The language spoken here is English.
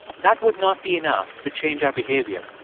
that would not be enough to change our behavior.